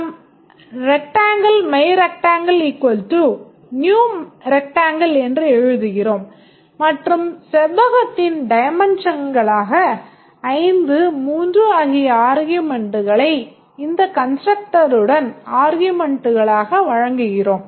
நாம் Rectangle myRectangle new Rectangle என்று எழுதுகிறோம் மற்றும் செவ்வகத்தின் dimensionகளாக 5 3 ஆகிய arguments ஐ இந்த constructor ன் arguments ஆக வழங்குகிறோம்